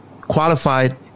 qualified